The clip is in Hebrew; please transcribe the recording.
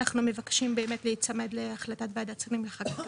אנחנו מבקשים להיצמד להחלטת ועדת השרים לענייני חקיקה.